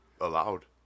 allowed